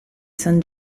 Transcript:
san